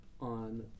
on